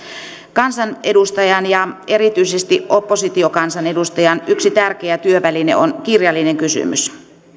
kansanedustajan ja erityisesti oppositiokansanedustajan yksi tärkeä työväline on kirjallinen kysymys